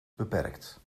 beperkt